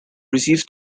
receives